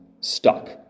stuck